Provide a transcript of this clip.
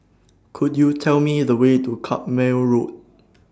Could YOU Tell Me The Way to Carpmael Road